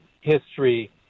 history